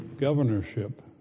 governorship